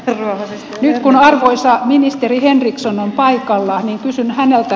nyt kun arvoisa ministeri henriksson on paikalla niin kysyn häneltä